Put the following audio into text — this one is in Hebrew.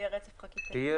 אז יהיה רצף חקיקתי.